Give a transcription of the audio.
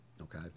okay